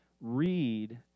read